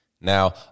Now